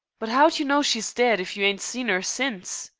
but ow'd you know she's dead, if you ain't seen er since?